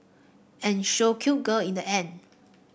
and show cute girl in the end